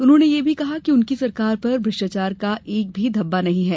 उन्होंने ये भी कहा कि उनकी सरकार पर भ्रष्टाचार का एक भी धब्बा नहीं है